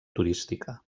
turística